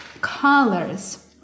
colors